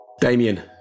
Damien